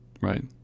Right